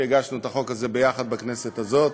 הגשנו את החוק הזה ביחד בכנסת הזאת.